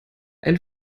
ein